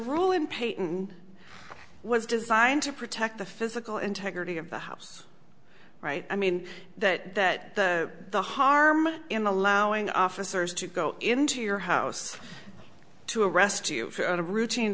rule in peyton was designed to protect the physical integrity of the house right i mean that the the harm in the allowing officers to go into your house to arrest you for a routine